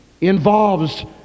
involves